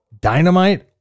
Dynamite